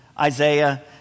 Isaiah